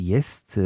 Jest